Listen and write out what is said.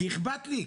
כי אכפת לי,